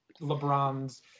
LeBron's